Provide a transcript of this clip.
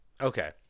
Okay